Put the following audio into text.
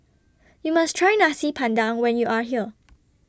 YOU must Try Nasi Padang when YOU Are here